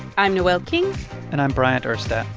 i'm noel king and i'm bryant urstadt.